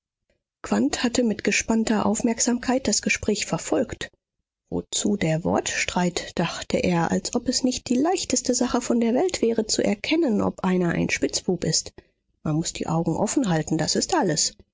hatte mit gespannter aufmerksamkeit das gespräch verfolgt wozu der wortstreit dachte er als ob es nicht die leichteste sache von der welt wäre zu erkennen ob einer ein spitzbube ist man muß die augen offen halten das ist alles